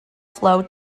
flow